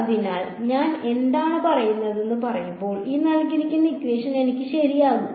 അതിനാൽ ഞാൻ എന്താണ് പറയുന്നതെന്ന് പറയുമ്പോൾ എനിക്ക് ശരിയാകും